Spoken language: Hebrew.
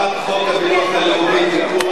הצעת חוק הביטוח הלאומי (תיקון,